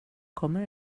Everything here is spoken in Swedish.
kommer